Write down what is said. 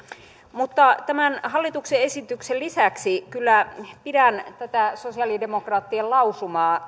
mutta tämän hallituksen esityksen lisäksi kyllä pidän kannatettavana tätä sosialidemokraattien lausumaa